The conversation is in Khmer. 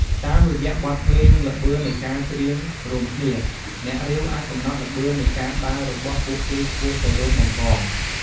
តាមរយៈបទភ្លេង និងល្បឿននៃការច្រៀងរួមគ្នា អ្នករាវ អាចកំណត់ល្បឿននៃការដើររបស់ពួកគេឆ្ពោះទៅរក បង្កង។